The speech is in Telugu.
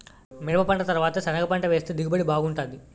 మిరపపంట తరవాత సెనగపంట వేస్తె దిగుబడి బాగుంటాది